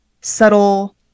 subtle